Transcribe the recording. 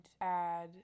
add